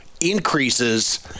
increases